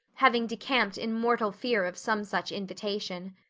having decamped in mortal fear of some such invitation.